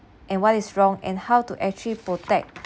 and what is wrong and how to actually protect